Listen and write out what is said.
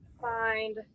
find